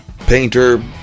painter